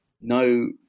no